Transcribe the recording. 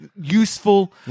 useful